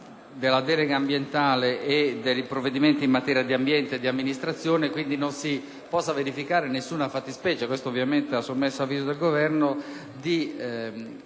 della delega ambientale e dei provvedimenti in materia di ambiente e di amministrazione. Quindi, non si puoverificare nessuna fattispecie – questo ovviamente a sommesso avviso del Governo – di